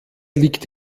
liegt